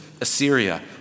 Assyria